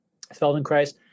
Feldenkrais